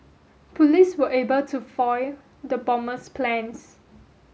police were able to foil the bomber's plans